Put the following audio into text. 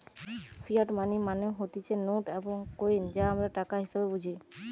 fiat money মানে হতিছে note এবং কইন যা আমরা টাকা হিসেবে বুঝি